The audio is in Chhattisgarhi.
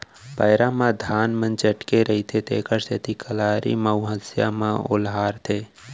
पैरा म धान मन चटके रथें तेकर सेती कलारी म अउ हँसिया म ओलहारथें